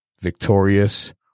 victorious